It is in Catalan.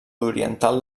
oriental